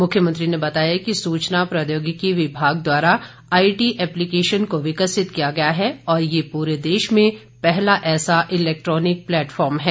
मुख्यमंत्री ने बताया कि सूचना प्रोद्योगिकी विभाग द्वारा आईटी एप्लीकेशन को विकसित किया गया है और ये पूरे देश में पहला ऐसा इलैक्ट्रानिक प्लेटफार्म है